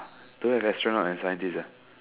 don't have astronaut and scientist ah